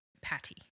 patty